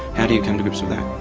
how do you come to grips with that?